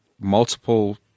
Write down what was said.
multiple